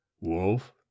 Wolf